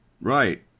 Right